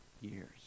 years